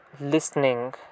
listening